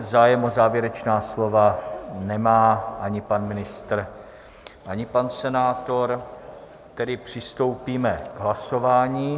Zájem o závěrečná slova nemá ani pan ministr, ani pan senátor, tedy přistoupíme k hlasování.